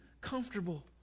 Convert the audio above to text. comfortable